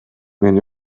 мен